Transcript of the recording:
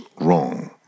wrong